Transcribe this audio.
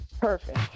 Perfect